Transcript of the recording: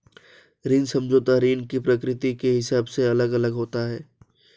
ऋण समझौता ऋण की प्रकृति के हिसाब से अलग अलग होता है